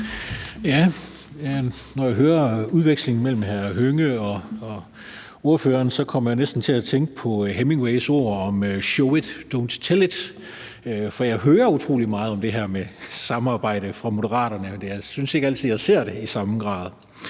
når jeg hører udvekslingen mellem hr. Karsten Hønge og ordføreren, kommer jeg næsten til at tænke på Hemingways ord »show it, don't tell it«, for jeg hører utrolig meget om det her med samarbejde fra Moderaterne. Men jeg synes ikke altid, jeg ser det i samme grad.